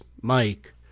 Mike